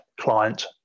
client